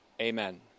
amen